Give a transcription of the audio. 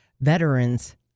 veterans